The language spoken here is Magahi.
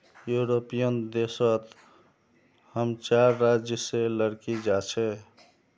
यूरोपियन देश सोत हम चार राज्य से लकड़ी जा छे